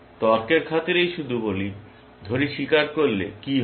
তর্কের খাতিরেই শুধু বলি ধরি স্বীকার করলে কি হবে